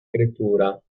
creatura